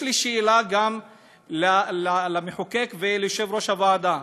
יש לי שאלה גם למחוקק וליושב-ראש הוועדה,